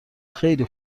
خیلی